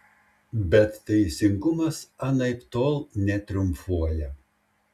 bet teisingumas anaiptol netriumfuoja